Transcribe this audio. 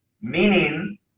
meaning